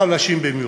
ובחלשים במיוחד.